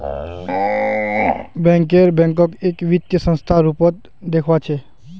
banker बैंकक एक वित्तीय संस्थार रूपत देखअ छ